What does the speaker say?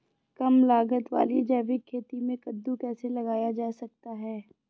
कम लागत वाली जैविक खेती में कद्दू कैसे लगाया जा सकता है?